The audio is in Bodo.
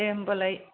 दे होनबालाय